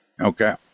okay